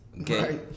Okay